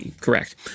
Correct